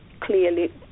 clearly